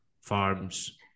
farms